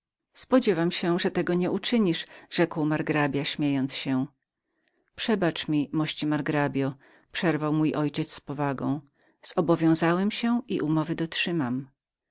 spodziewam się że tego nie uczynisz uczynisz rzekł margrabia śmiejąc się przebacz mi pan przerwał mój ojciec zobowiązałem się i umowy dotrzymam